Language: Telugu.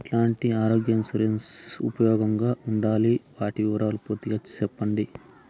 ఎట్లాంటి ఆరోగ్య ఇన్సూరెన్సు ఉపయోగం గా ఉండాయి వాటి వివరాలు పూర్తిగా సెప్పండి?